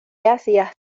hacías